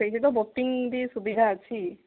ସେଇଠି ତ ବୋଟିଂ ବି ସୁବିଧା ଅଛି